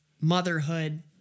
motherhood